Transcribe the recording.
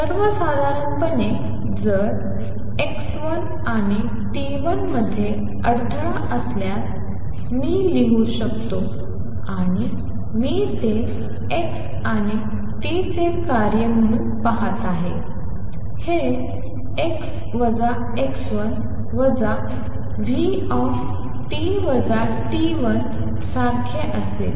सर्वसाधारणपणे जर x 1 आणि t 1 मध्ये अडथळा असल्यास मी लिहू शकतो आणि मी ते x आणि t चे कार्य म्हणून पाहत आहे हे v सारखे असेल